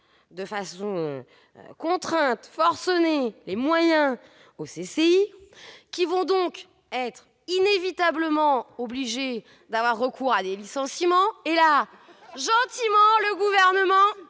de façon contrainte, forcenée, les moyens des CCI, qui vont inévitablement être obligées de recourir à des licenciements. Et là, gentiment, le Gouvernement,